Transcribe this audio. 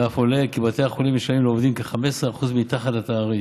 ואף עולה כי בתי החולים משלמים לעובדים כ-15% מתחת לתעריף.